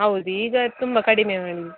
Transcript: ಹೌದು ಈಗ ತುಂಬ ಕಡಿಮೆ ಮಾಡಿದೆ